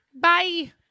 Bye